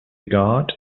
guard